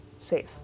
safe